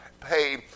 pay